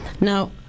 Now